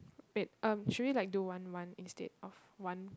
wait um should we like do one one instead of one